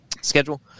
schedule